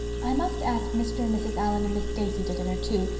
i must ask mr. and mrs. allan and miss stacy to dinner, too,